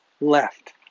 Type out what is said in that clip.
left